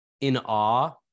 in-awe